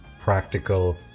practical